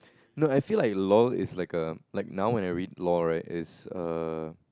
no I feel like lol is like a like now when I read lol right it's err